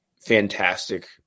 fantastic